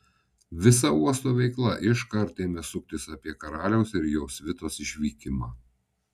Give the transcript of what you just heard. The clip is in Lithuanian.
visa uosto veikla iškart ėmė suktis apie karaliaus ir jo svitos išvykimą